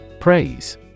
Praise